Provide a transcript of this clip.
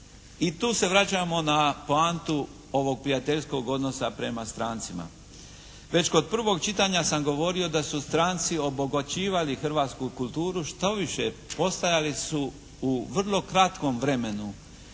I tu se vraćamo na poantu ovog prijateljskog odnosa prema strancima. Već kod prvog čitanja sam govorio da su stranci obogaćivali hrvatsku kulturu, štoviše postojali su u vrlo kratkom vremenu,